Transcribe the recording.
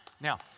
Now